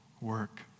work